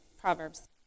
Proverbs